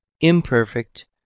imperfect